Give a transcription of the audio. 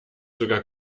sogar